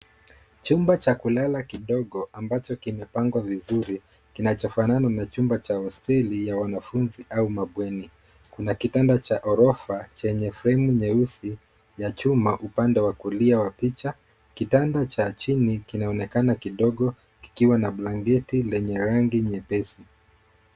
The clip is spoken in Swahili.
Chumba cha kulala kidogo ambacho kimepangwa vizuri kinacho fanana na chumba cha hosteli ya wanafunzi au mabweni. Kuna kitanda cha ghorofa chenye fremu nyeusi ya chuma upande wa kulia wa picha. Kitanda cha chini kinaonekana kidogo kikiwa na blanketi yenye rangi nyepesi.